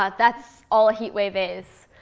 ah that's all a heat wave is.